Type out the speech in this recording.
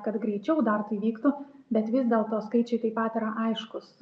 kad greičiau dar tai vyktų bet vis dėlto skaičiai taip pat yra aiškūs